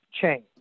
change